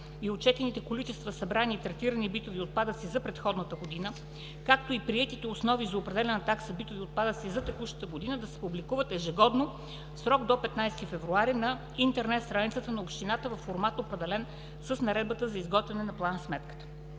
и отчетените количества събрани и третирани битови отпадъци за предходната година, както и приетите основи за определяне на такса за битови отпадъци за текущата година да се публикуват ежегодно в срок до 15 февруари на интернет страницата на общината във формат, определен с наредбата за изготвяне на план-сметката.